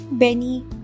Benny